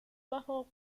bajo